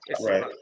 Right